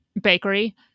bakery